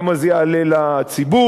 כמה זה יעלה לציבור?